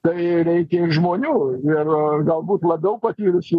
tai reikia ir žmonių ir galbūt labiau patyrusių